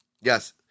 Yes